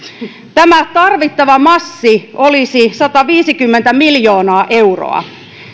tämä tarvittava massi olisi sataviisikymmentä miljoonaa euroa